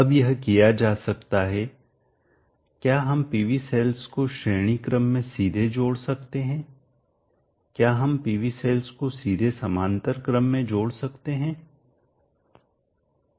अब यह किया जा सकता है क्या हम PV सेल्स को श्रेणी क्रम में सीधे जोड़ सकते हैं क्या हम PV सेल्स को सीधे समानांतर में जोड़ सकते हैं